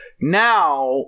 now